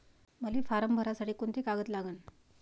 मले फारम भरासाठी कोंते कागद लागन?